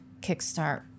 kickstart